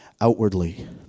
outwardly